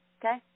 Okay